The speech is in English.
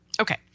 Okay